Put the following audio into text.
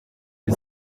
you